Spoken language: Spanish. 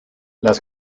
las